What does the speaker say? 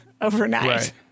overnight